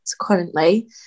currently